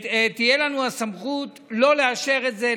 תהיה לנו הסמכות לא לאשר את זה,